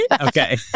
Okay